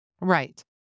Right